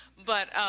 but